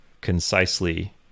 concisely